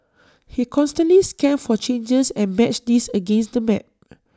he constantly scanned for changes and matched these against the map